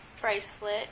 bracelet